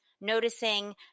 noticing